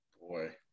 Boy